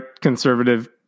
conservative